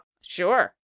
Sure